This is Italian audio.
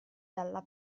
dalla